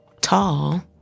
tall